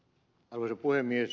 arvoisa puhemies